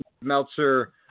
Meltzer